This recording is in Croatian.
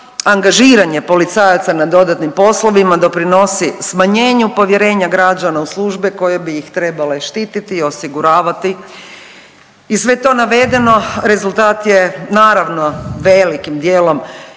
angažiranje policajaca na dodatnim poslovima doprinosi smanjenju povjerenja građana u službe koje bi ih trebale štiti i osiguravati. I sve to navedeno rezultat je naravno velikim dijelom i loših